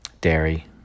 dairy